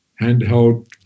handheld